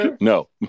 No